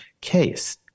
case